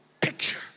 picture